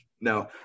No